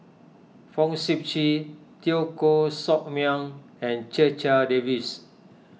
Fong Sip Chee Teo Koh Sock Miang and Checha Davies